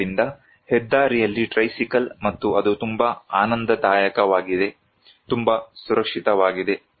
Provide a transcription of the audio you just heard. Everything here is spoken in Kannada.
ಆದ್ದರಿಂದ ಹೆದ್ದಾರಿಯಲ್ಲಿ ಟ್ರೈಸಿಕಲ್ ಮತ್ತು ಅದು ತುಂಬಾ ಆನಂದದಾಯಕವಾಗಿದೆ ತುಂಬಾ ಸುರಕ್ಷಿತವಾಗಿದೆ